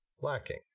lacking